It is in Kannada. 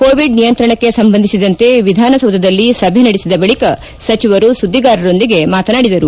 ಕೋವಿಡ್ ನಿಯಂತ್ರಣಕ್ಕೆ ಸಂಬಂಧಿಸಿದಂತೆ ವಿಧಾನಸೌಧದಲ್ಲಿ ಸಭೆ ನಡೆಸಿದ ಬಳಿಕ ಸಚಿವರು ಸುದ್ಗಿಗಾರರರೊಂದಿಗೆ ಮಾತನಾಡಿದರು